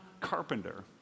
carpenter